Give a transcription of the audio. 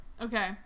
okay